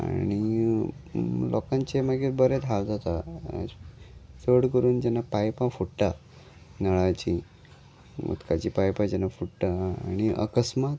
आनी लोकांचे मागीर बरेच हाल जाता चड करून जेन्ना पायपां फुट्टा नळाचीं उदकाचीं पायपां जेन्ना फुट्टा आनी अकस्मात